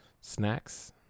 Snacks